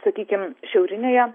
sakykim šiaurinėje